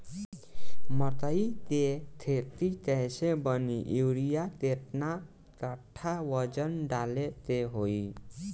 मकई के खेती कैले बनी यूरिया केतना कट्ठावजन डाले के होई?